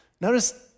Notice